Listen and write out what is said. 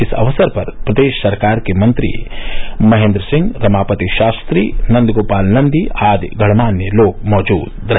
इस अवसर पर प्रदेश सरकार के मंत्री महेन्द्र सिंह रमापति शास्त्री नन्दगोपाल नंदी आदि गणमान्य लोग मौजूद रहे